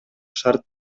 шарт